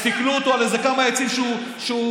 סקלו אותו על איזה כמה עצים שהוא שתל,